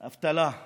אבטלה.